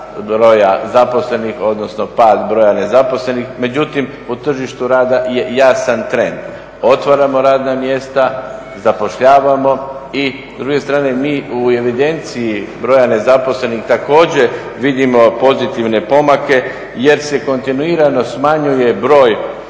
broja zaposlenih odnosno par broja nezaposlenih, međutim na tržištu rada je jasan trend: otvaramo radna mjesta, zapošljavamo i s druge strane mi u evidenciji broja nezaposlenih također vidimo pozitivne pomake jer se kontinuirano smanjuje broj